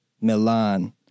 Milan